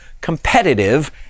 competitive